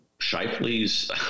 Shifley's